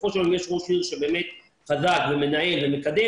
בסופו של יום יש ראש עיר שבאמת חזק ומנהל ומקדם,